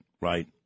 Right